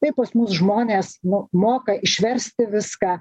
taip pas mus žmonės nu moka išversti viską